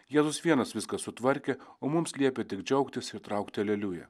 jėzus vienas viską sutvarkė o mums liepė tik džiaugtis ir traukti aleliują